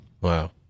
Wow